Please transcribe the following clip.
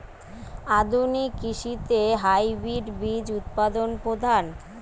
আধুনিক কৃষিতে হাইব্রিড বীজ উৎপাদন প্রধান